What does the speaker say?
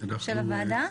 של הוועדה?